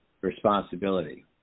responsibility